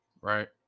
right